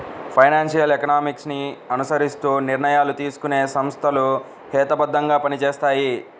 financial economics ని అనుసరిస్తూ నిర్ణయాలు తీసుకునే సంస్థలు హేతుబద్ధంగా పనిచేస్తాయి